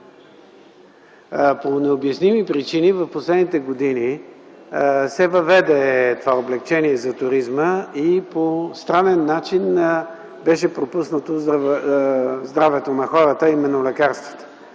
По необясними причини в последните години се въведе това облекчение за туризма, а по странен начин беше пропуснато здравето на хората, а именно лекарствата.